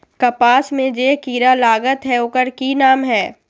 कपास में जे किरा लागत है ओकर कि नाम है?